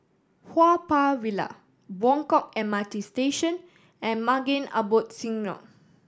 Haw Par Villa Buangkok M R T Station and Maghain Aboth Synagogue